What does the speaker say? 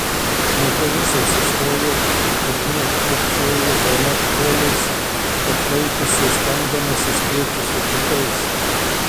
moteris atsistojo ir nušlubčiojo bemaž šuoliais paklaikusiai stengdamasi spėti su kitais